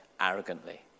arrogantly